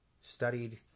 studied